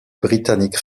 britanniques